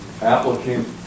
applicant